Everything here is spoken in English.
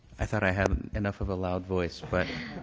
i thought i had enough of a loud voice. but